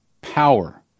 power